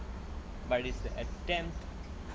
but it's the attempt